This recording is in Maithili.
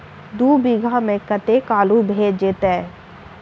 दु बीघा मे कतेक आलु भऽ जेतय?